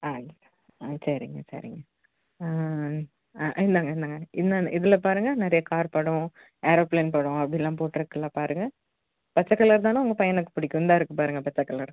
ஆ ஆ சரிங்க சரிங்க ஆ ஆ இந்தாங்க இந்தாங்க இந்தாங்க இதில் பாருங்க நிறைய கார் படம் ஏரோப்ளேன் படம் அப்படிலாம் போட்டிருக்குல்ல பாருங்க பச்சை கலர் தானே உங்க பையனுக்கு பிடிக்கும் இந்தா இருக்குது பாருங்க பச்சை கலர்